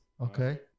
Okay